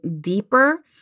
deeper